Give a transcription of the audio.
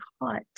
hot